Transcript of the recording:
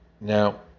Now